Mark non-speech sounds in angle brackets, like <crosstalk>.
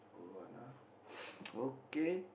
old one ah <noise> okay